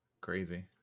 Crazy